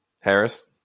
Harris